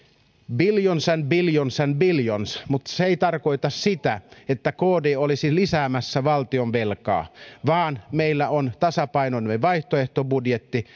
billions and billions and billions mutta se ei tarkoita sitä että kd olisi lisäämässä valtionvelkaa vaan meillä on tasapainoinen vaihtoehtobudjetti